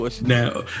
Now